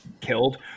killed